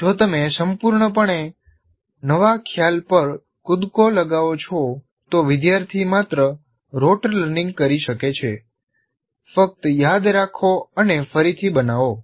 જો તમે સંપૂર્ણપણે નવા ખ્યાલ પર કૂદકો લગાવો છો તો વિદ્યાર્થી માત્ર રોટ લર્નિંગ કરી શકે છે ફક્ત યાદ રાખો અને ફરીથી બનાવો